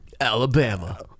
Alabama